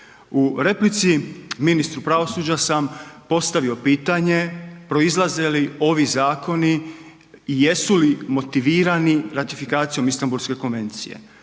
U replici ministru pravosuđa sam postavio pitanje proizlaze li ovi zakoni i jesu li motivirani ratifikacijom Istanbulske konvencije.